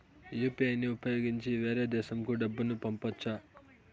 UPI ని ఉపయోగించి వేరే దేశంకు డబ్బును పంపొచ్చా?